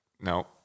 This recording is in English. no